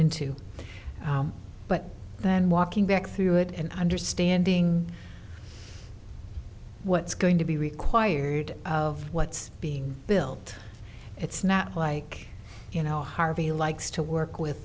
into but then walking back through it and understanding what's going to be required of what's being built it's not like you know harvey likes to work with